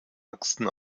achsen